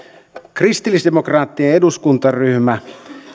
kristillisdemokraattien eduskuntaryhmä